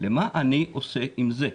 למה אני עושה עם זה.